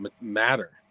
matter